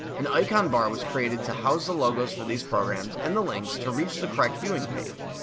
an icon bar was created to house the logos for these programs and the links to reach the correct viewing page.